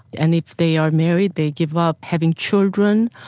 and if they are married they give up having children,